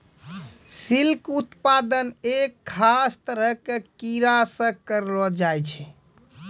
silk उत्पादन एक खास तरह के कीड़ा सॅ करलो जाय छै